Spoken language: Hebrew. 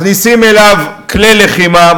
מכניסים אליו כלי לחימה,